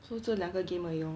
so 这两个 game 而已 lor